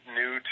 new